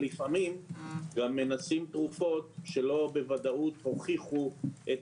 ולפעמים גם מנסים תרופות שלא בוודאות הוכיחו את